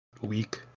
week